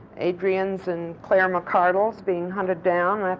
adrians and claire mccardells being hunted down,